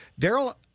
Daryl